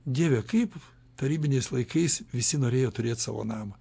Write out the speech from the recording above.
dieve kaip tarybiniais laikais visi norėjo turėt savo namą